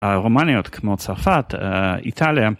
הרומניות כמו צרפת איטליה.